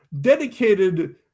dedicated